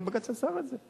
לכן בג"ץ אסר את זה.